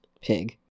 pig